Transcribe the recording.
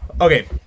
Okay